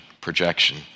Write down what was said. projection